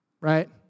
right